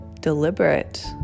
deliberate